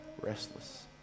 restless